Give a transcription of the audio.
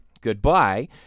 Goodbye